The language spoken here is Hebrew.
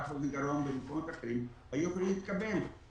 אף אוזן גרון ובמקומות אחרים היו יכולים להתקבל.